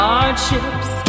Hardships